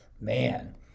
man